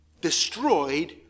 destroyed